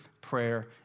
prayer